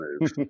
move